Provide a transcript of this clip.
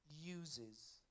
uses